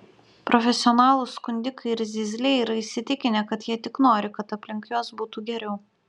profesionalūs skundikai ir zyzliai yra įsitikinę kad jie tik nori kad aplink juos būtų geriau